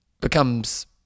becomes